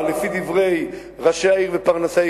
לפי דברי ראשי העיר ופרנסיה,